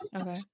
Okay